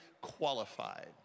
qualified